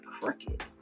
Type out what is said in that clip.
crooked